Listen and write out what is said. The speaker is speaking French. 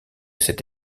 cet